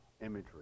imagery